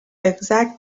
exact